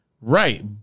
Right